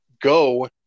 go